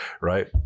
right